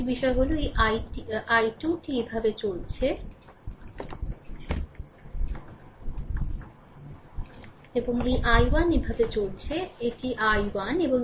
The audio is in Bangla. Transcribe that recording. আরেকটি বিষয় হল এই i2 টি এভাবে চলেছে এবং এই i1 এভাবে চলেছে এটি r i1